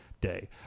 day